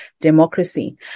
democracy